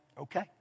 okay